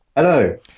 Hello